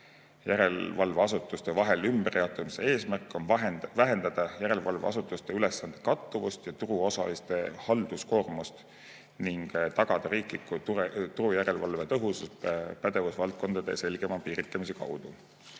järelevalveasutuste vahel ümberjaotamise eesmärk on vähendada järelevalveasutuste ülesannete kattuvust ja turuosaliste halduskoormust ning tagada riikliku turujärelevalve tõhusus pädevusvaldkondade selgema piiritlemise kaudu. Lisaks